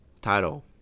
Title